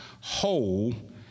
whole